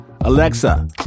Alexa